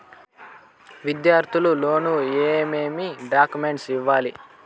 విద్యార్థులు లోను ఏమేమి డాక్యుమెంట్లు ఇవ్వాలి?